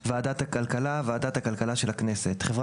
"ועדת הכלכלה" ועדת הכלכלה של הכנסת; "חברה